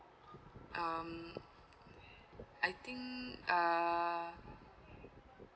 um I think uh